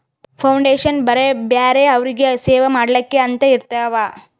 foundation ಬರೇ ಬ್ಯಾರೆ ಅವ್ರಿಗ್ ಸೇವಾ ಮಾಡ್ಲಾಕೆ ಅಂತೆ ಇರ್ತಾವ್